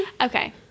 Okay